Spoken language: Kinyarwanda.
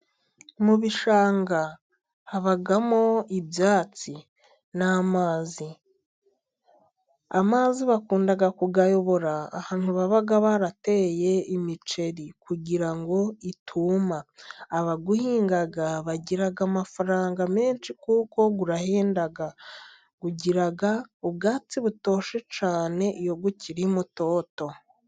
Mu bishanga habamo ibyatsi n'amazi. Amazi bakunda kuyayobora ahantu baba barateye imiceri, kugira ngo ituma. Abawuhinga bagira amafaranga menshi kuko urahenda. Ugira ubwatsi butoshye cyane iyo ukiri mutoto.